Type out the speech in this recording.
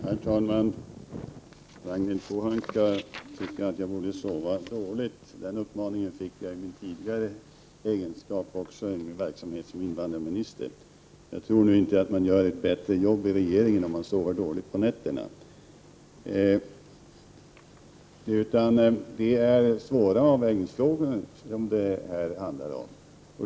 Herr talman! Enligt Ragnhild Pohanka skulle jag sova dåligt. Det har jag hört tidigare när jag var invandrarminister. Men jag tror inte att man gör ett bättre jobb i regeringen om man sover dåligt på nätterna. Det handlar här om svåra avvägningsfrågor.